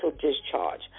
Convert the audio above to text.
discharge